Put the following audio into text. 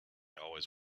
always